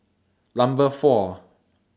Number four